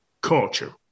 culture